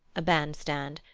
a bandstand,